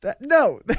No